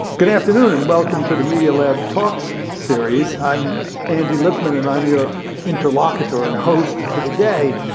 good afternoon, and welcome to the media lab talks series. i'm andy lippman and i'm your interlocutor, and host for the day,